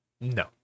No